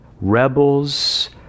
rebels